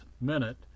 minute